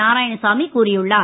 நாராயணசாமி கூறியுள்ளார்